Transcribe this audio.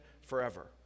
forever